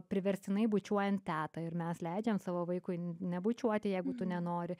priverstinai bučiuojant tetą ir mes leidžiam savo vaikui nebučiuoti jeigu tu nenori